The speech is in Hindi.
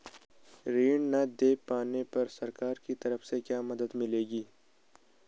ऋण न दें पाने पर सरकार की तरफ से क्या मदद मिलेगी?